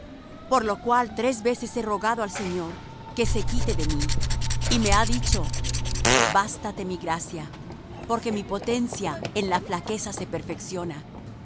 por lo cual tres veces he rogado al señor que se quite de mí y me ha dicho bástate mi gracia porque mi potencia en la flaqueza se perfecciona